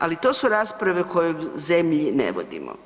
Ali to su rasprave koje u zemlji ne vodimo.